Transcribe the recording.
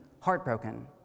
heartbroken